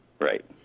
right